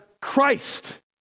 Christ